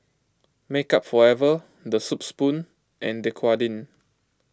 Makeup Forever the Soup Spoon and Dequadin